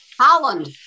Holland